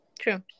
True